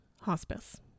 hospice